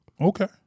Okay